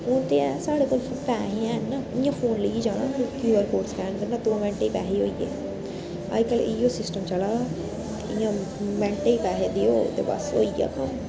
ओह् ते ऐ साढ़े कोल पैहे ऐ न इ'यां फोन लेइयै जाना क्यू आर कोड स्कैन करना दो मिंट्ट च पैहे होई गे अज्जकल इयो सिस्टम चला दा इयां मैंट्टे च पैहे देयो ते बस होई गेआ